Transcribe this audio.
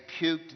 puked